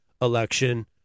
election